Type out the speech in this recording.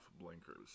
blinkers